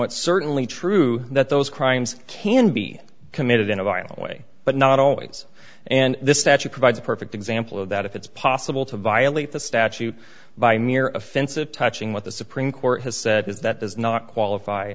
it's certainly true that those crimes can be committed in a violent way but not always and this statute provides a perfect example of that if it's possible to violate the statute by mere offensive touching what the supreme court has said is that does not qualify